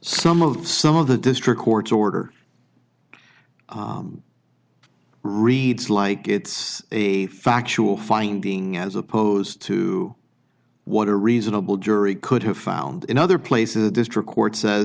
some of some of the district court's order reads like it's a factual finding as opposed to what a reasonable jury could have found in other places the district court says